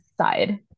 side